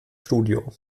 studio